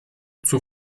zur